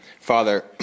Father